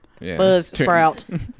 Buzzsprout